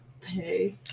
pay